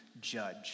judge